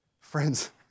Friends